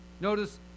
Notice